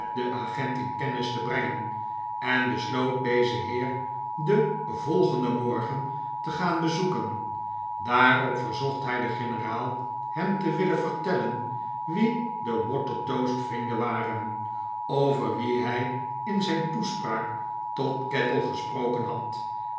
den agent in kennis te brengen en besloot dezen heer den volgenden morgen te gaan bezoeken daarop verzocht hij den generaal hem te willen vertellen wie de watertoast vrienden waren over wie hij in zijn toespraak tot kettle gesproken had